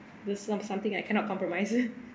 this some something I cannot compromise